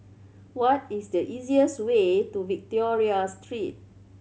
what is the easiest way to Victoria Street